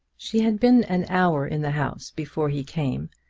she had been an hour in the house before he came,